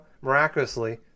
miraculously